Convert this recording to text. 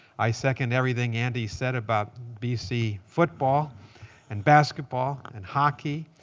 i second everything andy said about bc football and basketball and hockey.